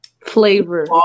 flavor